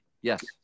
Yes